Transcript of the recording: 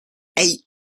eight